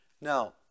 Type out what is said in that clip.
Now